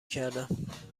کردم